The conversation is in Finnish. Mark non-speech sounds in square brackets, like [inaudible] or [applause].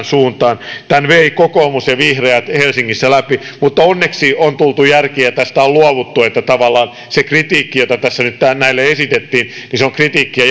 [unintelligible] suuntaan tämän veivät kokoomus ja vihreät helsingissä läpi mutta onneksi on tultu järkiin ja tästä on on luovuttu eli tavallaan se kritiikki jota tässä nyt näille esitettiin on kritiikkiä [unintelligible]